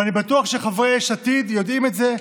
ואני בטוח שחברי יש עתיד יודעים את זה,